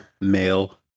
male